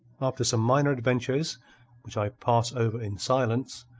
after some minor adventures which i pass over in silence,